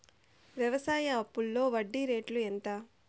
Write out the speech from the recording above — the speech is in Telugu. వ్యవసాయ అప్పులో వడ్డీ రేట్లు ఎంత?